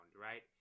right